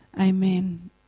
Amen